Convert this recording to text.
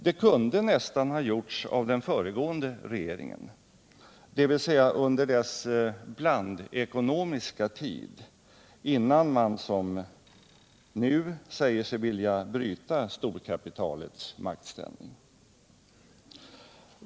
Det kunde nästan ha gjorts av den föregående regeringen, dvs. under dess blandekonomiska tid, innan man som nu säger sig vilja bryta storkapitalets maktställning.